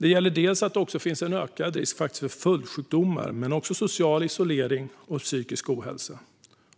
Det handlar om att det finns en ökad risk för följdsjukdomar men också för social isolering och psykisk ohälsa.